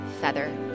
Feather